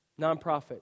nonprofit